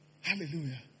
Hallelujah